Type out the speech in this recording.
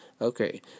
Okay